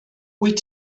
wyt